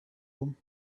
them